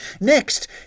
Next